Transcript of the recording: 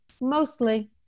mostly